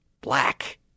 black